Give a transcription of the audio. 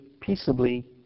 peaceably